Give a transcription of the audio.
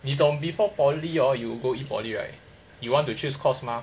你懂 before poly orh you go in poly right you want to choose course mah